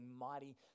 mighty